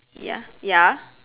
ya ya